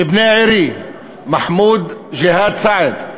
מבני עירי, מחמוד ג'יהאד סעד,